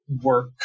work